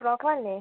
broker അല്ലേ